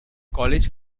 college